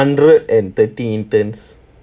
hundred and thirty interns